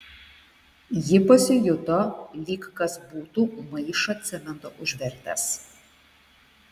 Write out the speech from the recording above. ji pasijuto lyg kas būtų maišą cemento užvertęs